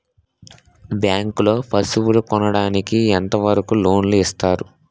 Bank లో పశువుల కొనడానికి ఎంత వరకు లోన్ లు ఇస్తారు?